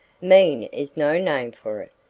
mean is no name for it,